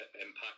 impact